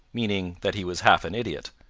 meaning that he was half an idiot,